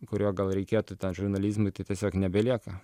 kurio gal reikėtų ten žurnalizmui tai tiesiog nebelieka